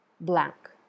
blank